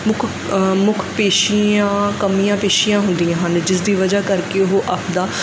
ਮੁੱਖ ਮੁੱਖ ਪੇਸ਼ੀਆਂ ਕਮੀਆਂ ਪੇਸ਼ੀਆਂ ਹੁੰਦੀਆਂ ਹਨ ਜਿਸ ਦੀ ਵਜ੍ਹਾ ਕਰਕੇ ਉਹ ਆਪਦਾ